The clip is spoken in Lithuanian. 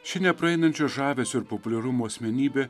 ši nepraeinančio žavesio ir populiarumo asmenybė